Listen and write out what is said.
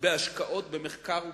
בהשקעות במחקר ופיתוח,